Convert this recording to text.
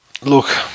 look